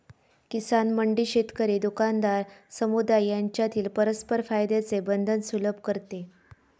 किसान मंडी शेतकरी, दुकानदार, समुदाय यांच्यातील परस्पर फायद्याचे बंधन सुलभ करते